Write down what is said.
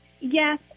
yes